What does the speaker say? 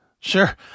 Sure